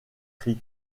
christ